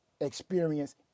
experience